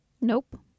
Nope